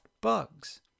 bugs